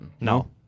No